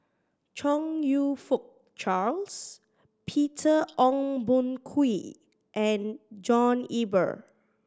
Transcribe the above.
Chong You Fook Charles Peter Ong Boon Kwee and John Eber